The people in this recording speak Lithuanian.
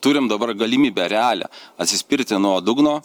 turim dabar galimybę realią atsispirti nuo dugno